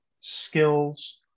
skills